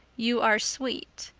you are sweet,